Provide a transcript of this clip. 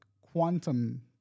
quantum